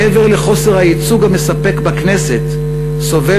מעבר לחוסר הייצוג המספק בכנסת סובל